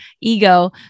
ego